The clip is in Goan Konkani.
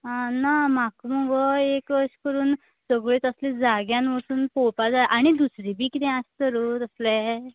ना म्हाका मगो एक अशे करून सगळे तसले जाग्यान वचून पळोवपा जाय आनी दुसरे बीन कितें आसा तसले